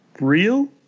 real